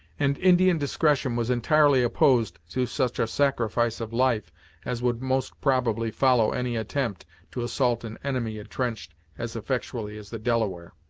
and indian discretion was entirely opposed to such a sacrifice of life as would most probably follow any attempt to assault an enemy entrenched as effectually as the delaware.